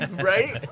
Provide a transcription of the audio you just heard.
Right